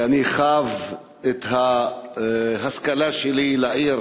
אני חב את ההשכלה שלי לעיר